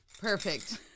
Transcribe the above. Perfect